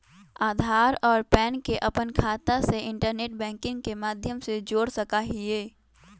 आधार और पैन के अपन खाता से इंटरनेट बैंकिंग के माध्यम से जोड़ सका हियी